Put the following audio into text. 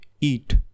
eat